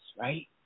right